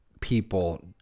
people